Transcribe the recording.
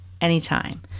anytime